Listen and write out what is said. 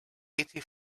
eighty